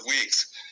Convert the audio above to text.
weeks